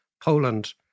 Poland